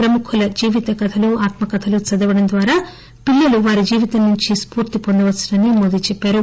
ప్రముఖుల జీవిత కథలు ఆత్మకథలు చదవటం ద్వారా పిల్లలు వారి జీవితం నుంచే స్పూర్తి పొందవచ్చునని ప్రధానమంత్రి చెప్పారు